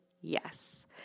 yes